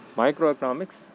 microeconomics